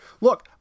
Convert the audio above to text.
Look